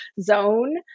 zone